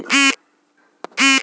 ಉಳಿತಾಯ ಖಾತೆ ಬಗ್ಗೆ ತಿಳಿಸಿ?